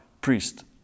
priest